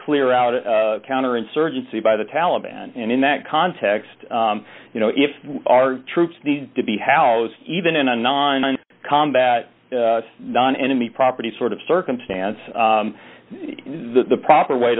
clear out a counterinsurgency by the taliban and in that context you know if our troops need to be housed even in a non combat non enemy property sort of circumstance the proper